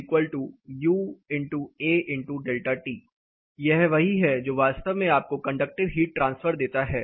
QU×A×∆T यह वही है जो वास्तव में आपको कंडक्टिव हीट ट्रांसफर देता है